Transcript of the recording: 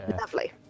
lovely